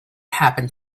happened